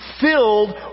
filled